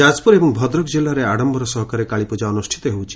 ଯାଜପୁର ଏବଂ ଭଦ୍ରକ ଜିଲ୍ଲାରେ ଆଡମ୍ଟର ସହକାରେ କାଳୀପୂଜା ଅନୁଷିତ ହେଉଛି